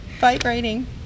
Vibrating